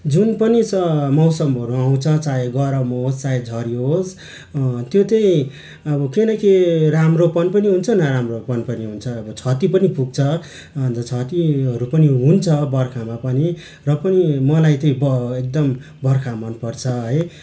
जुन पनि स मौसमहरू आउँछ चाहे गरम होस् चाहे झरी होस् त्यो त्यही अब केही न केही राम्रोपन पनि नराम्रो पनि हुन्छ अब क्षति पनि पुग्छ ज क्षतिहरू पनि हुन्छ बर्खामा पनि र पनि मलाई त्यही एकदम बर्खा मनपर्छ है